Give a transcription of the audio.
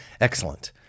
excellent